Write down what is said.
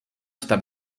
esta